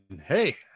hey